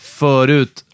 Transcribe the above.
förut